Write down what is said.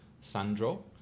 Sandro